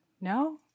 No